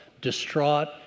distraught